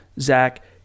Zach